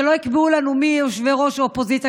שלא יקבעו לנו מי יהיה ראש הוועדה,